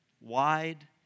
wide